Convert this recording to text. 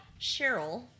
Cheryl